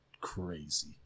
crazy